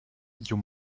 you